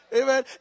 Amen